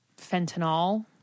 fentanyl